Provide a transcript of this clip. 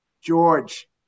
George